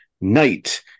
night